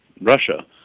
Russia